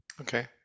Okay